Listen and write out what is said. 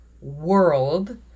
world